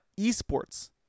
eSports